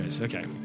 okay